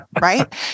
right